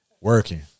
working